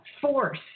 force